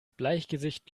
bleichgesicht